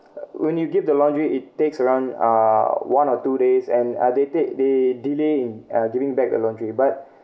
when you give the laundry it takes around uh one or two days and uh they take they delay in uh giving back the laundry but